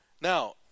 Now